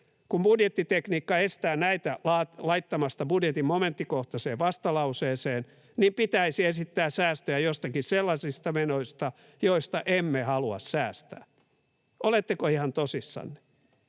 kun budjettitekniikka estää näitä laittamasta budjetin momenttikohtaiseen vastalauseeseen, niin pitäisi esittää säästöjä joistakin sellaisista menoista, joista emme halua säästää. Oletteko ihan tosissanne?